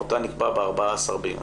מותה נקבע ב-14 ביוני.